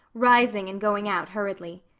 rising and going out hurriedly.